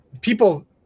people